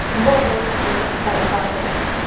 बोह्त बोह्त शुक्रिया थुआड़ा काल करने लेई